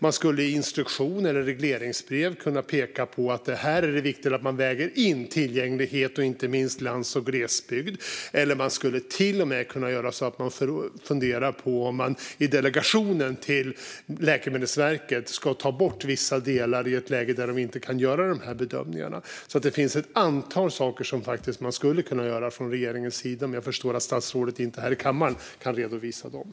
Man skulle i instruktioner eller regleringsbrev kunna peka på att det är viktigt att väga in tillgänglighet och inte minst lands och glesbygd. Man skulle till och med kunna fundera på att ta bort vissa delar i delegationen till Läkemedelsverket i ett läge där de inte kan göra dessa bedömningar. Det finns alltså ett antal saker som regeringen skulle kunna göra, men jag förstår att statsrådet inte kan redovisa dem här i kammaren.